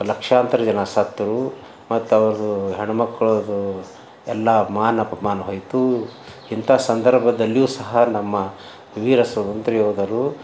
ಲಕ್ಷಾಂತರ ಜನ ಸತ್ತರು ಮತ್ತು ಅವ್ರ ಹೆಣ್ಣು ಮಕ್ಕಳ್ದು ಎಲ್ಲಾ ಮಾನ ಅಪಮಾನ ಹೋಯಿತು ಎಂಥಾ ಸಂದರ್ಭದಲ್ಲಿಯೂ ಸಹ ನಮ್ಮ ವೀರ ಸ್ವತಂತ್ರ್ಯ ಯೋಧರು